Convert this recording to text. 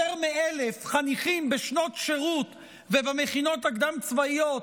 יותר מ-1,000 חניכים בשנות שירות ובמכינות הקדם-צבאיות,